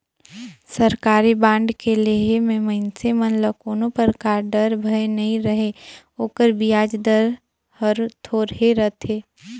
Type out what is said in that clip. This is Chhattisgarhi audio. सरकारी बांड के लेहे मे मइनसे मन ल कोनो परकार डर, भय नइ रहें ओकर बियाज दर हर थोरहे रथे